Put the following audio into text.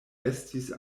estis